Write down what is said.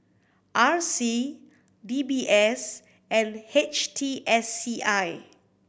R C D B S and H T S C I